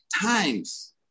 times